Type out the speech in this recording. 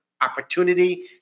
opportunity